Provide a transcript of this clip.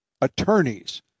attorneys